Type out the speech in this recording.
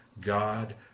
God